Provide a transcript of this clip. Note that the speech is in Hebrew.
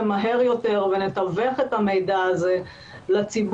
מהר יותר ונתווך את המידע הזה לציבור,